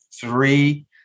three